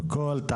זה